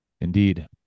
Indeed